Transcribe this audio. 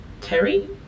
Terry